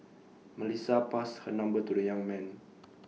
Melissa passed her number to the young man